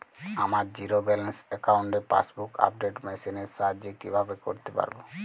আমার zero balance অ্যাকাউন্টে passbook update machine এর সাহায্যে কীভাবে করতে পারব?